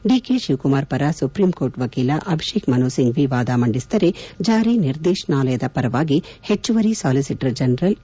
DK Shivakumar ಪರ supreme court ವಕೀಲ ಅಭಿಷೇಕ್ ಮನು ಸಿಂಫ್ವಿ ವಾದ ಮಂಡಿಸಿದರೆ ಜಾರಿ ನಿರ್ದೇಶನಾಲಯದ ಪರವಾಗಿ ಹೆಚ್ಚುವರಿ ಸಾಲಿಸಿಟರಿ ಜನರಲ್ ಕೆ